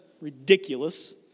Ridiculous